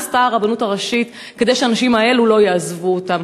מה עשתה הרבנות הראשית כדי שהאנשים האלה לא יעזבו אותה.